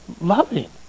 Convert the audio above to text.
loving